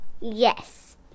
Yes